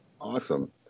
Awesome